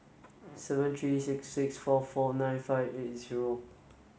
seven three six six four four nine five eight zero